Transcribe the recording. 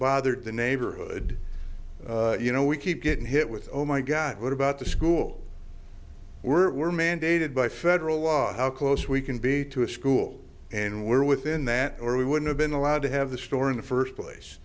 bothered the neighborhood you know we keep getting hit with oh my god what about the school we're mandated by federal law how close we can be to a school and we're within that or we wouldn't have been allowed to have the store in the first place